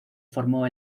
formó